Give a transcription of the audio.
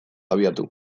abiatu